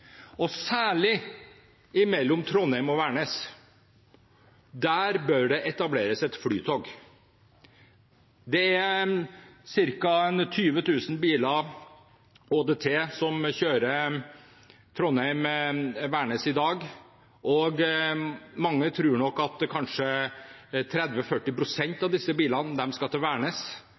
og særlig mellom Trondheim og Værnes. Der bør det etableres et flytog. Det er ca. 20 000 biler, ÅDT, som kjører Trondheim–Værnes i dag, og man tror at kanskje 30–40 pst. av disse bilene skal til